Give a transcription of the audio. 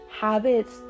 habits